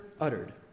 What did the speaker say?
uttered